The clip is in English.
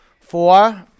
Four